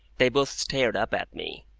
they both stared up at me.